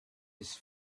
his